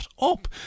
up